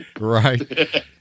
Right